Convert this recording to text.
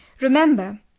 Remember